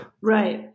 Right